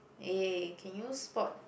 eh can you spot